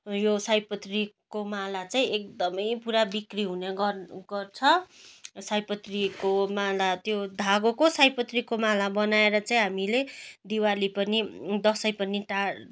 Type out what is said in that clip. यो सयपत्रीको माला चाहिँ एकदम पुरा बिक्री हुने गर् गर्छ सयपत्रीको माला त्यो धागोको सयपत्रीको माला बनाएर चाहिँ हामीले दिवाली पनि दसैँ पनि टार्